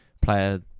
player